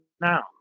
now